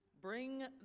Bring